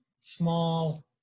small